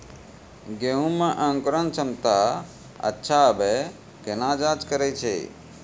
गेहूँ मे अंकुरन क्षमता अच्छा आबे केना जाँच करैय छै?